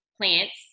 plants